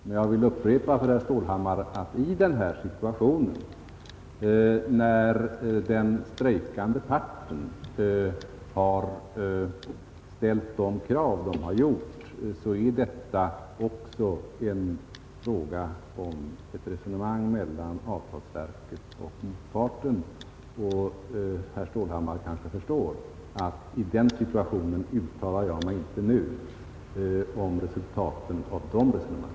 Men jag vill upprepa för herr Stålhammar att i den här situationen, när den strejkande parten har ställt de krav den har gjort, är detta också en fråga om resonemang mellan avtalsverket och motparten. Herr Stålhammar kanske förstår att jag inte uttalar mig nu om resultaten av de resonemangen.